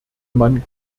man